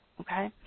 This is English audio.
Okay